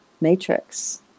matrix